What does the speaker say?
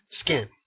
skin